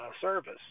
service